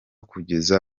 kugeza